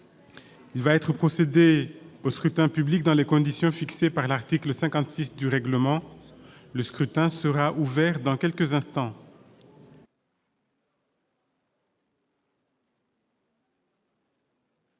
Il va être procédé au scrutin dans les conditions fixées par l'article 56 du règlement. Le scrutin est ouvert. Personne ne demande